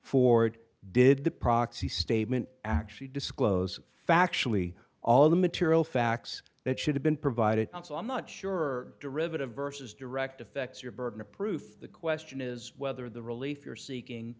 forward did the proxy statement actually disclose factually all of the material facts that should have been provided and so i'm not sure derivative versus direct affects your burden of proof the question is whether the relief you're seeking